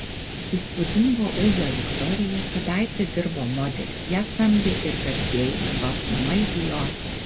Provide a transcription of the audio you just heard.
įspūdingo ūgio victoria kadaise dirbo modeliu ją samdė ir garsieji mados namai dior